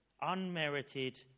unmerited